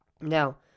Now